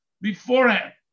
Beforehand